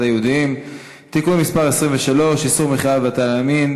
היהודיים (תיקון מס' 23) (איסור מכירה בבית-עלמין),